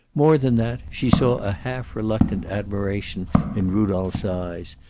more than that, she saw a half-reluctant admiration in rudolph's eyes,